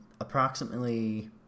approximately